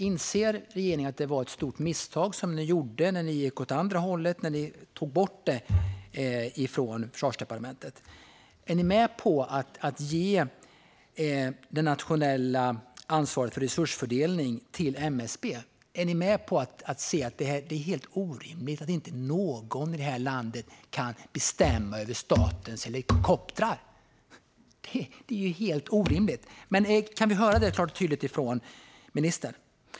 Inser regeringen att ni gjorde ett stort misstag när ni gick åt det andra hållet och tog bort MSB från Försvarsdepartementet? Är ni med på att ge det nationella ansvaret för resursfördelning till MSB? Är ni med på att det är helt orimligt att det inte är någon i det här landet som kan bestämma över statens helikoptrar? Det är ju helt orimligt. Kan vi få höra det klart och tydligt från ministern?